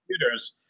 computers